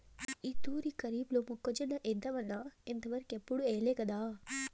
ఈ తూరి కరీఫ్లో మొక్కజొన్న ఏద్దామన్నా ఇంతవరకెప్పుడూ ఎయ్యలేకదా